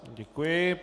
Děkuji.